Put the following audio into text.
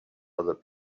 other